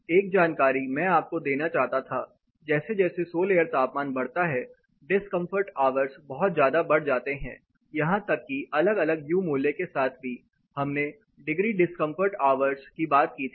एक जानकारी मैं आपको देना चाहता था जैसे जैसे सोल एयर तापमान बढ़ता है डिस्कंफर्ट आवर्स बहुत ज्यादा बढ़ जाते हैं यहां तक कि अलग अलग U मूल्य के साथ भी हमने डिग्री डिस्कंफर्ट आवर्स की बात की थी